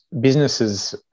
businesses